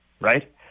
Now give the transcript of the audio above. right